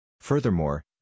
Furthermore